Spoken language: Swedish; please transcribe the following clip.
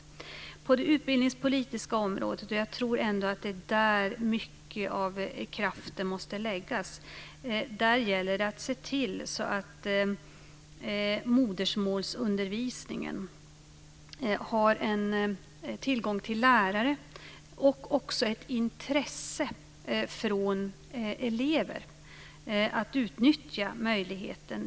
Jag tror att det är på det utbildningspolitiska området som mycket av kraften måste läggas, och där gäller det att se till att modersmålsundervisningen har tillgång till lärare och att det finns ett intresse från elever för att utnyttja möjligheten till utbildning.